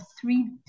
three